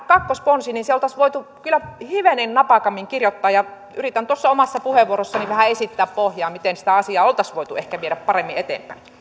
kakkosponsi oltaisiin voitu kyllä hivenen napakammin kirjoittaa ja yritän tuossa omassa puheenvuorossani vähän esittää pohjaa miten sitä asiaa oltaisiin ehkä voitu viedä paremmin eteenpäin